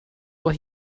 what